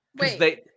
Wait